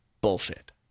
bullshit